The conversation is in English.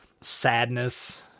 Sadness